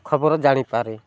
ଖବର ଜାଣିପାରେ